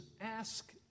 ask